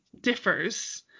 differs